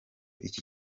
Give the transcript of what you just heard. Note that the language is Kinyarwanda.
iki